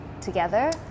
together